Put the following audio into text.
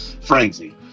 frenzy